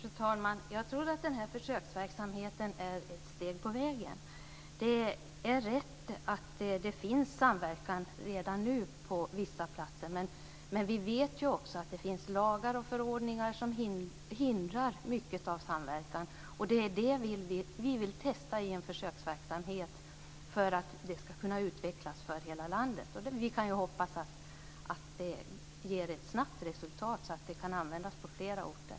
Fru talman! Jag tror att försöksverksamheten är ett steg på vägen. Det är rätt att det finns samverkan redan nu på vissa platser. Men vi vet ju också att det finns lagar och förordningar som hindrar mycket av samverkan. Det är det vi vill testa i en försöksverksamhet för att det ska kunna utvecklas för hela landet. Vi kan ju hoppas att det ger ett snabbt resultat så att det kan användas på flera orter.